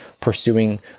pursuing